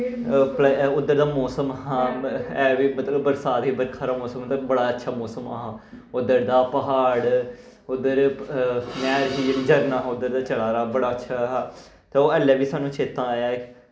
उद्दर दा मौसम हा है वी मतलब बरसात ही बरखा दा मौसम ते बड़ा अच्छा मौसम हा उद्दर दा प्हाड़ उद्दर नैह्र ही जेह्ड़ी झरनां हा उद्दर दा चला दा बड़ा अच्छा हा ते ओह् आह्ले वी साणु चेत्ता ऐ